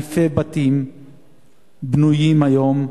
אלפי בתים בנויים היום,